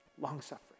long-suffering